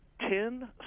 ten